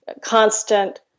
constant